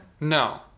No